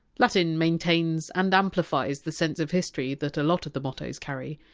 latin maintains and amplifies the sense of history that a lot of the mottos carry.